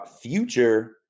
future